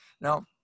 Now